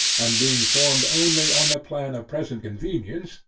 and being formed only on the plan of present convenience,